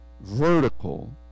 vertical